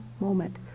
moment